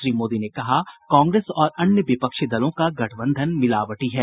श्री मोदी ने कहा कांग्रेस और अन्य विपक्षी दलों का गठबंधन मिलावटी है